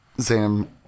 Zam